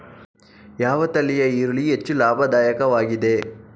ಯಾವ ತಳಿಯ ಈರುಳ್ಳಿ ಹೆಚ್ಚು ಲಾಭದಾಯಕವಾಗಿದೆ?